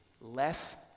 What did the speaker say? Less